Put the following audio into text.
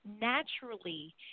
naturally